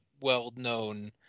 well-known